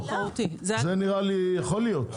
זה נראה לי יכול להיות.